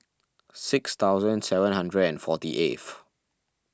six thousand seven hundred and forty eighth